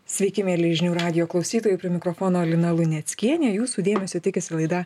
sveiki mieli žinių radijo klausytojai prie mikrofono lina luneckienė jūsų dėmesio tikisi laida